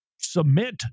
submit